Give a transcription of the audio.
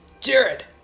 Jared